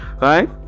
Right